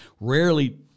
Rarely